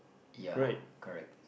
ya correct